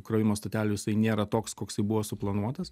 krovimo stotelių jisai nėra toks koksai buvo suplanuotas